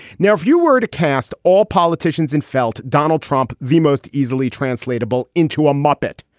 now, if you were to cast all politicians in felt donald trump the most easily translatable into a muppet.